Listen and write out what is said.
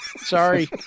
Sorry